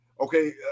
Okay